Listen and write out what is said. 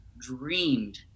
dreamed